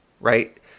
right